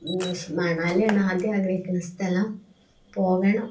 മണാലിയാണ് ആദ്യം ആഗ്രഹിക്കുന്ന സ്ഥലം പോകണം